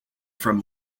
from